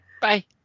Bye